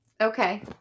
Okay